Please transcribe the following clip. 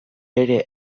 bere